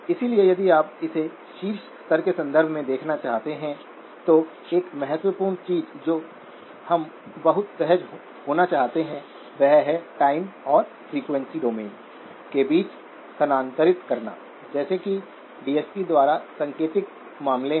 इसलिए यदि आप इसे शीर्ष स्तर के संदर्भ में देखना चाहते हैं तो एक महत्वपूर्ण चीज जो हम बहुत सहज होना चाहते हैं वह है टाइम और फ्रीक्वेंसी डोमेन के बीच स्थानांतरित करना जैसा कि डीएसपी द्वारा सांकेतिक मामले है